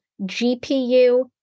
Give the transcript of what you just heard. GPU